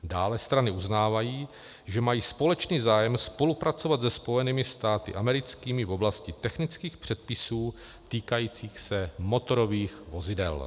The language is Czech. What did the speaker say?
Dále strany uznávají, že mají společný zájem spolupracovat se Spojenými státy americkými v oblasti technických předpisů týkajících se motorových vozidel.